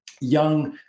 young